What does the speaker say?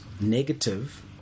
Negative